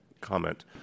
comment